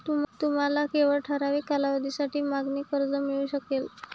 तुम्हाला केवळ ठराविक कालावधीसाठी मागणी कर्ज मिळू शकेल